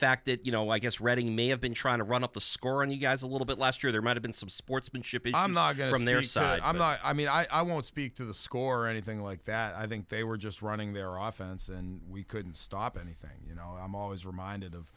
fact that you know i guess reading may have been trying to run up the score on you guys a little bit last year there might have been some sportsmanship i'm not going to marry so i'm not i mean i won't speak to the score or anything like that i think they were just running they're often it's and we couldn't stop anything you know i'm always reminded of